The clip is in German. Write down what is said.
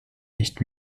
nicht